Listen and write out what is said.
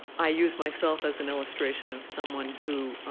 i use myself as an illustration of someone who